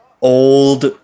old